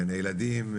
גני ילדים,